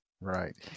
Right